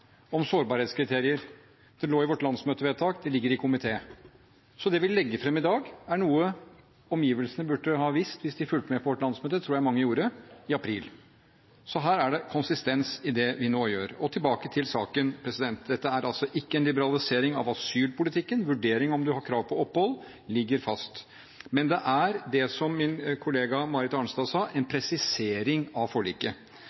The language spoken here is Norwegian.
om sårbarhetskriterier. Det lå i vårt landsmøtevedtak, det ligger i komité. Det vi legger fram i dag, er noe omgivelsene burde ha visst, hvis de fulgte med på vårt landsmøte – det tror jeg mange gjorde – i april. Så det er konsistens i det vi nå gjør. Tilbake til saken. Dette er ikke en liberalisering av asylpolitikken. Vurdering av om en har krav på opphold, ligger fast. Men det er det som min kollega Marit Arnstad sa, en presisering av forliket.